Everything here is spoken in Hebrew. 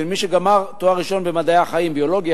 זה למי שגמר תואר ראשון במדעי החיים: ביולוגיה,